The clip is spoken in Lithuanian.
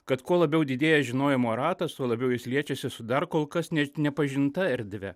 kad kuo labiau didėja žinojimo ratas tuo labiau jis liečiasi su dar kol kas nepažinta erdve